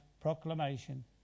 proclamation